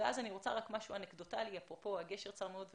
אני רוצה משהו אנקדוטלי אפרופו גשר צר מאוד וההזדמנות.